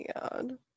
god